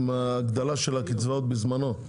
עם ההגדלה של הקצבאות בזמנו,